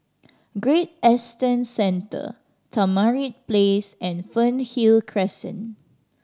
Great Eastern Center Tamarind Place and Fernhill Crescent